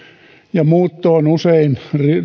ja muuttoon usein